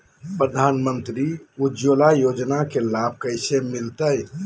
प्रधानमंत्री उज्वला योजना के लाभ कैसे मैलतैय?